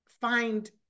find